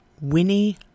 Winnie